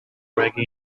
reggae